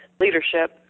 leadership